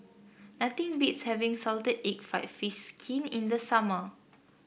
nothing beats having Salted Egg fried fish skin in the summer